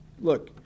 look